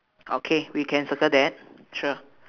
okay we can circle that sure